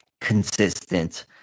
consistent